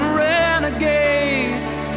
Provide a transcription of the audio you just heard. renegades